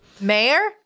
Mayor